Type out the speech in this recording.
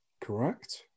Correct